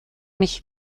mich